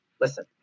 listen